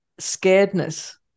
scaredness